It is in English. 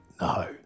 No